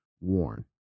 warn